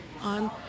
on